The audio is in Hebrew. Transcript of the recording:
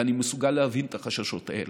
ואני מסוגל להבין את החששות האלה,